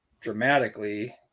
dramatically